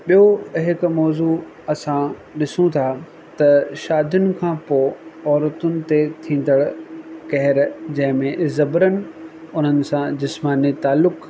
ॿियो हिक मौज़ू असां ॾिसूं था त शादियुनि खां पोइ औरतुनि ते थींदणु कहर जंहिं में ज़बरन उन्हनि सां जिस्मानी ताल्लुक